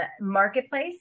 marketplace